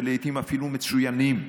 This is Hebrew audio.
ולעיתים אפילו מצוינים.